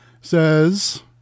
says